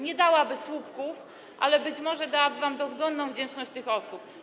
Nie dałaby słupków, ale być może dałaby wam dozgonną wdzięczność tych osób.